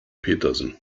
petersen